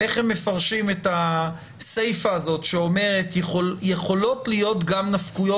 איך הם מפרשים את הסיפה הזאת שאומרת שיכולות להיות גם נפקויות